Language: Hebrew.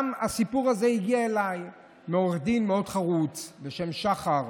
גם הסיפור הזה הגיע אליי מעורך דין חרוץ בשם שחר,